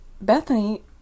Bethany